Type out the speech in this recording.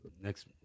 next